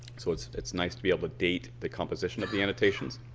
so it's it's nice to be able to date the composition of the annotations.